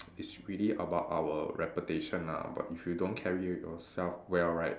it's really about our reputation ah but if you don't carry yourself well right